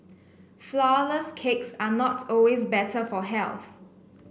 flourless cakes are not always better for health